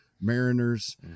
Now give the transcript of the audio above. mariners